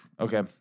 Okay